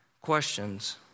questions